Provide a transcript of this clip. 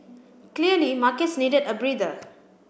clearly markets needed a breather